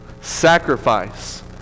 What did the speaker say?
sacrifice